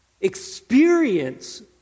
experience